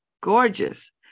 Gorgeous